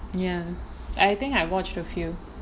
I think I've watched a few